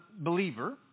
believer